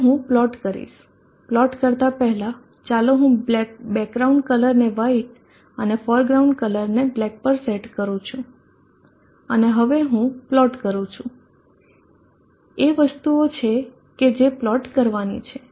હવે હું પ્લોટ કરીશ પ્લોટ કરતા પહેલાં ચાલો હું બેકગ્રાઉન્ડ કલરને વ્હાઇટ ફોરગ્રાઉન્ડ રંગને બ્લેક પર સેટ કરું છું અને હવે હું પ્લોટ કરું છું એ વસ્તુઓ છે કે જે પ્લોટ કરવાની છે